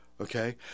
Okay